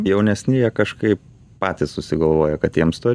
jaunesni jie kažkaip patys susigalvoja kad jiems to